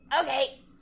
Okay